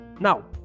Now